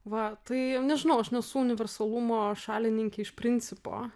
va tai nežinau aš nesu universalumo šalininkė iš principo